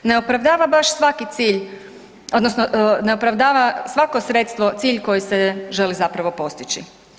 Ne opravdava baš svaki cilj, ne opravdava svako sredstvo cilj koji se želi zapravo postići.